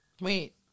wait